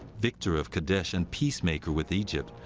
victor of kadesh and peacemaker with egypt,